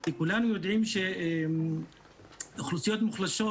כי כולנו יודעים שאוכלוסיות מוחלשות,